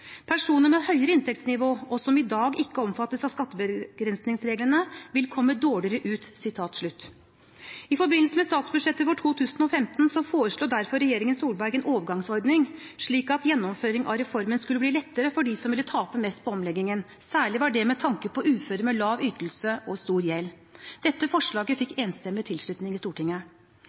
med høyere inntektsnivå, og som i dag ikke omfattes av skattebegrensningsregelen, vil komme dårligere ut». I forbindelse med statsbudsjettet for 2015 foreslo derfor regjeringen Solberg en overgangsordning, slik at gjennomføring av reformen skulle bli lettere for dem som ville tape mest på omleggingen, særlig var det med tanke på uføre med lav ytelse og stor gjeld. Dette forslaget